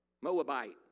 Moabite